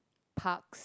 parks